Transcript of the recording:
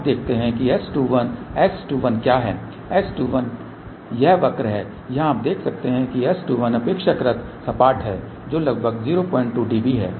अब देखते हैं कि S21 S21 क्या है S21 यह वक्र है यहाँ आप देख सकते हैं कि S21 अपेक्षाकृत सपाट है जो लगभग 02 dB है